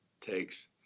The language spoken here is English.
takes